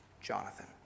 Jonathan